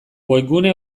webgune